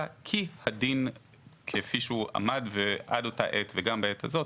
כי הדין כפי שהוא עמד עד אותה עת וגם בעת הזאת,